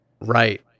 Right